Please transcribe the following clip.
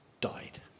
died